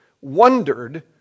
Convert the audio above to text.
wondered